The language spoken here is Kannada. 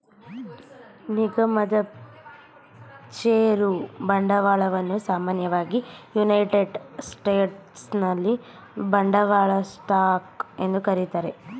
ನಿಗಮದ ಷೇರು ಬಂಡವಾಳವನ್ನ ಸಾಮಾನ್ಯವಾಗಿ ಯುನೈಟೆಡ್ ಸ್ಟೇಟ್ಸ್ನಲ್ಲಿ ಬಂಡವಾಳ ಸ್ಟಾಕ್ ಎಂದು ಕರೆಯುತ್ತಾರೆ